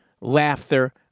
laughter